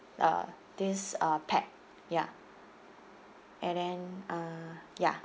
uh this uh pack ya and then uh ya